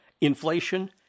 inflation